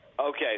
Okay